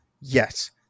Yes